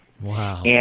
Wow